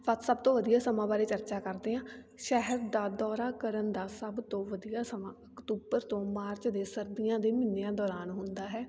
ਸ ਸਭ ਤੋਂ ਵਧੀਆ ਸਮਾਂ ਬਾਰੇ ਚਰਚਾ ਕਰਦੇ ਹਾਂ ਸ਼ਹਿਰ ਦਾ ਦੌਰਾ ਕਰਨ ਦਾ ਸਭ ਤੋਂ ਵਧੀਆ ਸਮਾਂ ਅਕਤੂਬਰ ਤੋਂ ਮਾਰਚ ਦੇ ਸਰਦੀਆਂ ਦੇ ਮਹੀਨਿਆਂ ਦੌਰਾਨ ਹੁੰਦਾ ਹੈ